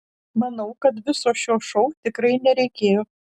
manau kad viso šio šou tikrai nereikėjo